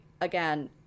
again